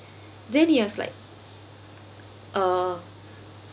then he was like uh